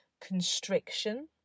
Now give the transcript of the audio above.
constriction